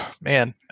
man